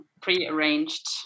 pre-arranged